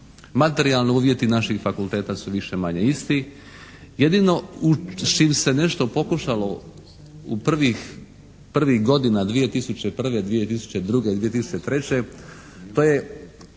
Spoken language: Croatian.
Materijalni uvjeti naših fakulteta su više-manje isti. Jedino u, čim se nešto pokušalo u prvih godina, 2001., 2002., 2003.